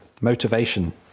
Motivation